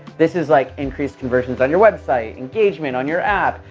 this is like increased conversions on your website, engagement on your app,